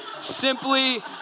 simply